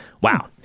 wow